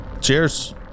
Cheers